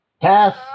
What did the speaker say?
Pass